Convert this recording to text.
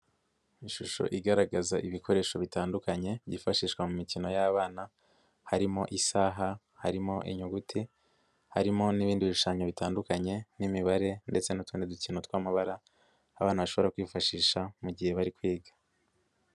Ishusho igaragaza ibikoresho bitandukanye byifashishwa mu mikino y'abana harimo isaha, harimo inyuguti, harimo n'ibindi bishushanyo bitandukanye n'imibare ndetse n'utundi dukino tw'amabara, abana bashobora kwifashisha mu gihe bari kwiga.